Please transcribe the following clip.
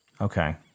Okay